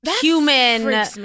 Human